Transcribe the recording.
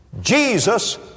Jesus